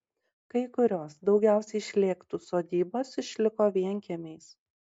kai kurios daugiausiai šlėktų sodybos išliko vienkiemiais